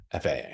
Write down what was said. FAA